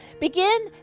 Begin